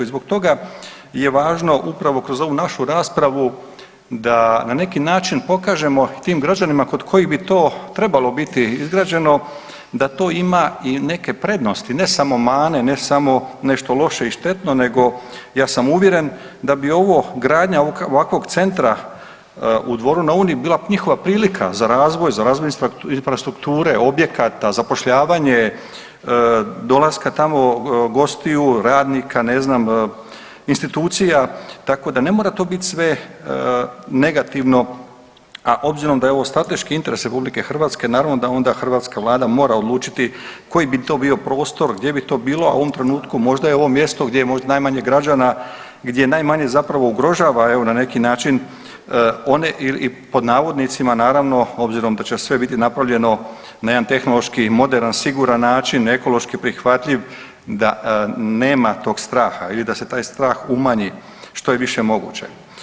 I zbog toga je važno upravo kroz ovu našu raspravu da na neki način pokažemo tim građanima kod kojih bi to trebalo biti izgrađeno da to ima i neke prednosti, ne samo mane, ne samo nešto loše i štetno nego ja sam uvjeren da bi ovo, gradnja ovakvog centra u Dvoru na Uni bila njihova prilika za razvoj, za razvoj infrastrukture, objekata, zapošljavanje, dolaska tamo gostiju, radnika, ne znam, institucija, tako da ne mora to bit sve negativno, a obzirom da je ovo strateški interes RH naravno da onda hrvatska vlada mora odlučiti koji bi to bio prostor, gdje bi to bilo, a u ovom trenutku možda je ovo mjesto gdje najmanje građana, gdje je najmanje zapravo ugrožava evo na neki način one i pod navodnicima naravno obzirom da će sve biti napravljeno na jedan tehnološki, moderan, siguran način, ekološki prihvatljiv, da nema tog straha ili da se taj strah umanji što je više moguće.